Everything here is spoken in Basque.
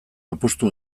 apustu